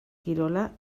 kirola